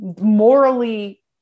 morally